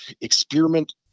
experiment